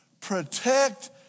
Protect